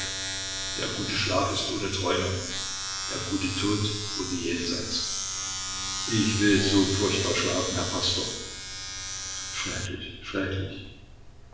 der gute schlaf ist ohne träume der gute tod ohne jenseits ich will so furchtbar schlafen herr pastor schrecklich